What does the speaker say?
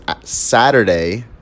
Saturday